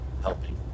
helping